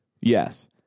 Yes